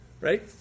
Right